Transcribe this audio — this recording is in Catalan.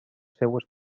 seues